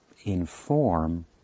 inform